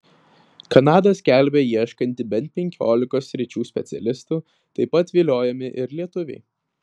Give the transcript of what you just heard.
kanada skelbia ieškanti bent penkiolikos sričių specialistų taip pat viliojami ir lietuviai